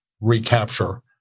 recapture